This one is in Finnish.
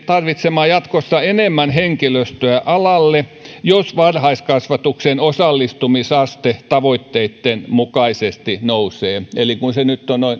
tarvitsemaan jatkossa enemmän henkilöstöä alalle jos varhaiskasvatuksen osallistumisaste tavoitteitten mukaisesti nousee eli se on nyt